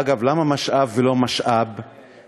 אגב, למה משאב ולא משאבּ ?